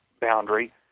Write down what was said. boundary